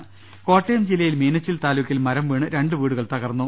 രദേഷ്ടെടു കോട്ടയം ജില്ലയിൽ മീനച്ചിൽ താലൂക്കിൽ മരം വീണ് രണ്ട് വീടുകൾ തകർന്നു